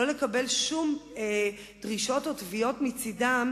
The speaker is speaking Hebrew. ולא לקבל שום דרישות או תביעות מצדם